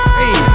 hey